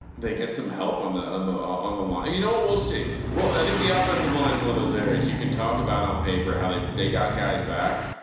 they get some help on the, on the, on the line and you know what we'll see. well, i think the offensive line is one of those areas you can talk about on paper, how they, they got guys back,